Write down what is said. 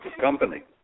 company